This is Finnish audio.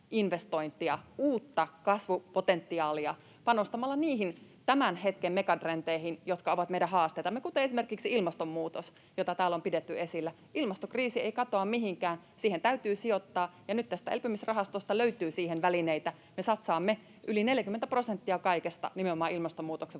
uutta kasvupotentiaalia panostamalla niihin tämän hetken megatrendeihin, jotka ovat meidän haasteitamme, kuten on esimerkiksi ilmastonmuutos, jota täällä on pidetty esillä. Ilmastokriisi ei katoa mihinkään. Siihen täytyy sijoittaa, ja nyt tästä elpymisrahastosta löytyy siihen välineitä. Me satsaamme yli 40 prosenttia kaikesta nimenomaan ilmastonmuutoksen